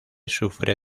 sufre